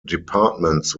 departments